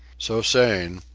so saying,